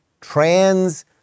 trans